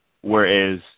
whereas